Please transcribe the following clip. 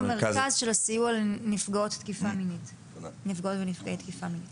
במרכז הסיוע לנפגעות ונפגעי תקיפה מינית